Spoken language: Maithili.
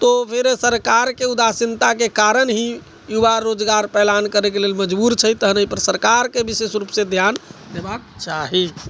तो फिर सरकारके उदासीनताके कारण ही युवा रोजगार पलायन करैके लेल मजबूर छै तखन एहि पर सरकारके विशेष रूपसँ ध्यान देबाक चाही